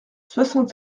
soixante